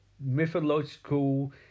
mythological